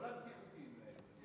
לא להמציא חוקים,